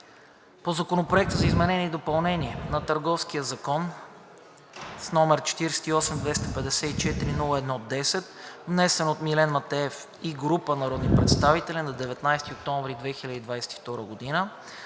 Законопроект за изменение и допълнение на Търговския закон, № 48-254-01-10, внесен от Милен Илиев Матеев и група народни представители на 19 октомври 2022 г. и